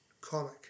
comic